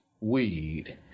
weed